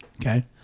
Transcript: Okay